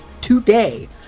today